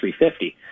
350